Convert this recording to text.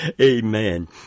amen